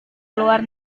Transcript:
luar